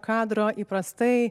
kadro įprastai